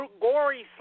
Gory